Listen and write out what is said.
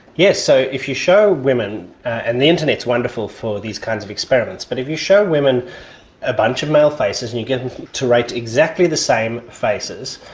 yes, so if you show women, and the internet is wonderful for these kinds of experiments, but if you show women a bunch of male faces and you get them to rate exactly the same faces,